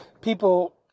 people